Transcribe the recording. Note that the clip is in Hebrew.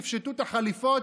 תפשטו את החליפות,